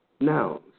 nouns